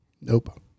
Nope